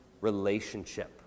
relationship